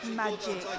magic